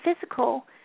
physical